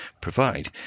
provide